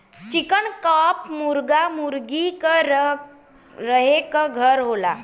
चिकन coop मुरगा मुरगी क रहे क घर होला